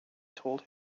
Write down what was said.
told